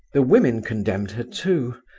the women condemned her too,